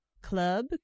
club